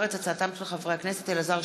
ובהצעתם של חברי הכנסת עמר בר-לב,